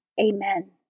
Amen